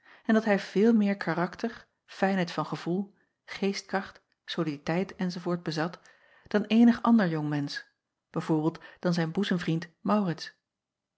en dat hij veel meer karakter fijnheid van gevoel geestkracht soliditeit enz bezat dan eenig ander jong mensch b v dan zijn boezemvriend aurits